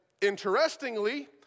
interestingly